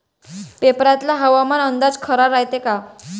पेपरातला हवामान अंदाज खरा रायते का?